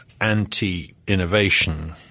anti-innovation